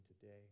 today